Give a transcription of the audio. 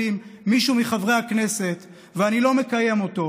עם מישהו מחברי הכנסת ואני לא מקיים אותו,